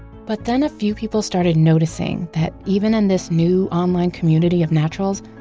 but then a few people started noticing that even in this new online community of naturals,